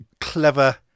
clever